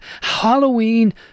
Halloween